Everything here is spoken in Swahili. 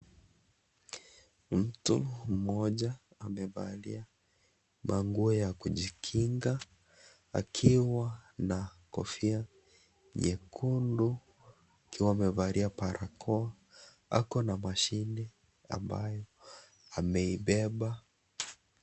Mtu mmoja amevalia manguo ya kujikinga akiwa na kofia nyekundu. Akiwa amevalia barakoa. Ako na mashine ambayo ameibeba.